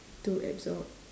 to absorb